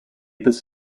this